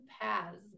paths